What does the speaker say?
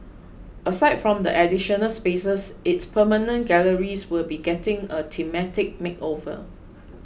aside from the additional spaces its permanent galleries will be getting a thematic makeover